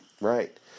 Right